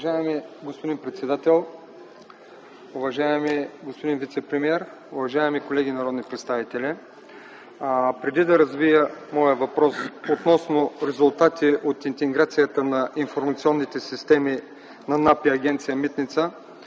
Уважаеми господин председател, уважаеми господин вицепремиер, уважаеми колеги народни представители! Преди да развия моя въпрос относно резултати от интеграцията на информационните системи на НАП и Агенция „Митници”,